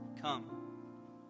come